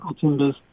timbers